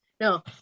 no